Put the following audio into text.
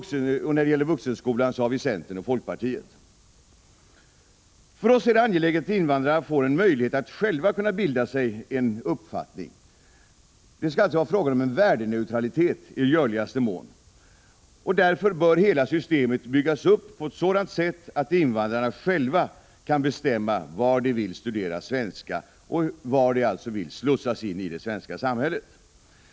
Centern och folkpartiet har Vuxenskolan. För oss är det angeläget att invandrarna får en möjlighet att själva bilda sig en uppfattning. Det skall alltså i görligaste mån vara fråga om en värdeneutralitet. Därför bör hela systemet byggas upp på ett sådant sätt att invandrarna själva kan bestämma var de vill studera svenska, alltså var de vill slussas in i det svenska samhället.